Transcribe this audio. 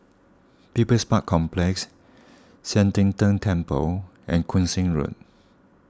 People's Park Complex Sian Teck Tng Temple and Koon Seng Road